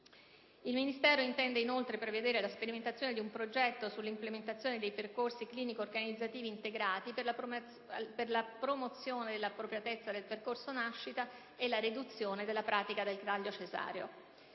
Il Ministero intende inoltre prevedere la sperimentazione di un progetto sull'implementazione di percorsi clinico-organizzativi integrati per la promozione dell'appropriatezza nel percorso nascita e la riduzione della pratica del taglio cesareo.